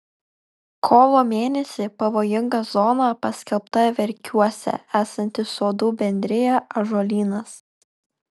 kovo mėnesį pavojinga zona paskelbta verkiuose esanti sodų bendrija ąžuolynas